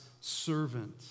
servant